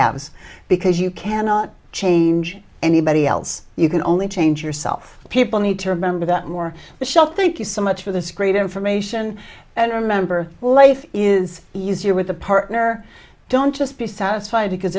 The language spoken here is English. haves because you cannot change anybody else you can only change yourself people need to remember that more michelle thank you so much for this great information and remember life is easier with a partner don't just be satisfied because